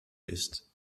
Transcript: ist